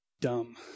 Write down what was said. dumb